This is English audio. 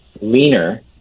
leaner